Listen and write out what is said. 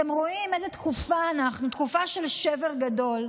אתם רואים באיזה תקופה אנחנו, תקופה של שבר גדול,